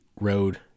road